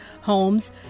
homes